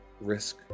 risk